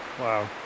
Wow